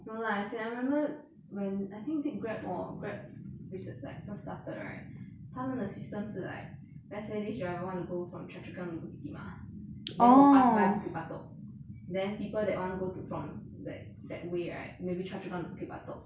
no lah as in I remember when I think is it grab or grab recent~ like first started right 他们的 system 是 like let's say this driver want to go from choa chu kang to bukit timah then will pass by bukit batok then people that want go to from that that way right maybe choa chu kang to bukit batok